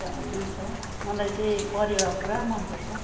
र अन्य छ मलाई चाहिँ परेवा पुरा मन पर्छ